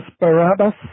Barabbas